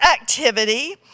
activity